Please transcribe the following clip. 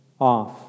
off